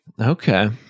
Okay